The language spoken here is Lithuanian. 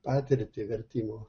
patirtį vertimo